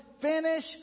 finish